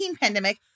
pandemic